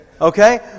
okay